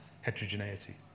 heterogeneity